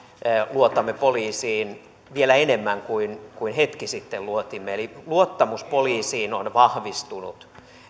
luotamme poliisiin vielä enemmän kuin kuin hetki sitten luotimme eli luottamus poliisiin on vahvistunut